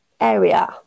area